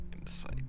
insight